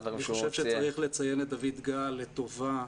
אני חושב שצריך לציין את דויד גל לטובה,